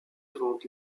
rentre